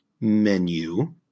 menu